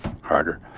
harder